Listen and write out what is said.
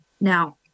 Now